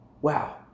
wow